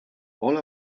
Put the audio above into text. all